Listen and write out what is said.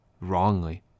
wrongly